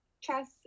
chess